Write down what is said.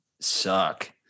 suck